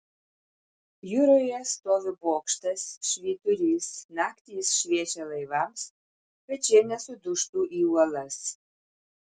jūroje stovi bokštas švyturys naktį jis šviečia laivams kad šie nesudužtų į uolas